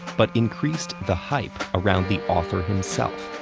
but increased the hype around the author himself.